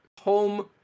home-